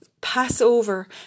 Passover